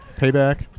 Payback